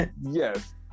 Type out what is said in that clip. Yes